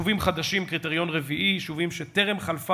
יישובים חדשים, קריטריון רביעי, יישובים שטרם חלפו